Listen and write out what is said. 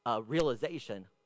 realization